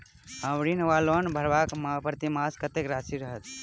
हम्मर ऋण वा लोन भरबाक प्रतिमास कत्तेक राशि रहत?